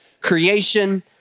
creation